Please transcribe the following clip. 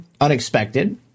unexpected